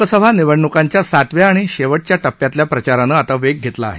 लोकसभा निवडणुकांच्या सातव्या आणि शेवटच्या टप्प्यातल्या प्रचारानं आता वेग घेतला आहे